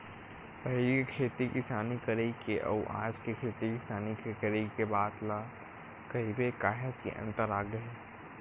पहिली के खेती किसानी करई के अउ आज के खेती किसानी के करई के बात ल कहिबे काहेच के अंतर आगे हे